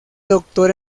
doctor